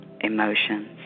emotions